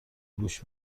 گوش